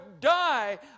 die